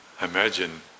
Imagine